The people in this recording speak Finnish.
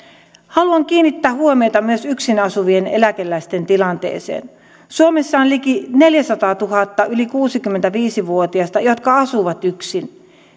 haluan kiinnittää huomiota myös yksin asuvien eläkeläisten tilanteeseen suomessa on liki neljäsataatuhatta yli kuusikymmentäviisi vuotiasta jotka asuvat yksin